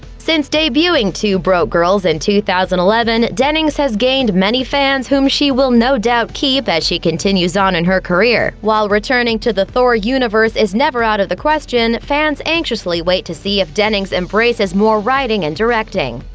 since debuting two broke girls in two thousand and eleven, dennings has gained many fans whom she will no doubt keep as she continues on in her career. while returning to the thor universe is never out of the question, fans anxiously wait to see if dennings embraces more writing and directing.